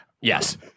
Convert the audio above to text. Yes